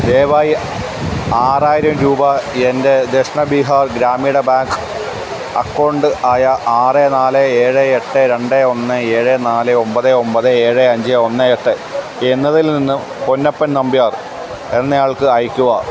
ദയവായി ആറായിരം രൂപ എൻ്റെ ദക്ഷിണ ബിഹാർ ഗ്രാമീണ ബാങ്ക് അക്കൗണ്ട് ആയ ആറ് നാല് ഏഴ് എട്ട് രണ്ട് ഒന്ന് ഏഴ് നാല് ഒമ്പത് ഒമ്പത് ഏഴ് അഞ്ച് ഒന്ന് എട്ട് എന്നതിൽ നിന്ന് പൊന്നപ്പൻ നമ്പ്യാർ എന്നയാൾക്ക് അയക്കുക